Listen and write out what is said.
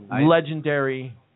legendary